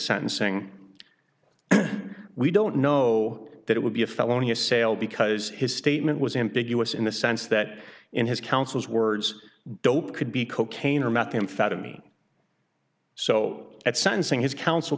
sentencing we don't know that it would be a felonious sale because his statement was ambiguous in the sense that in his counsel's words dope could be cocaine or methamphetamine so at sentencing his counsel